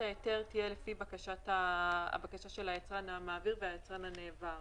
ההיתר תהיה לפי הבקשה של היצרן המעביר והיצרן הנעבר.